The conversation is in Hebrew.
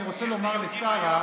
אני רוצה לומר לשרה,